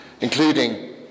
including